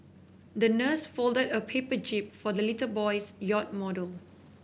the nurse folded a paper jib for the little boy's yacht model